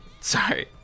Sorry